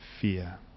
fear